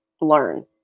learn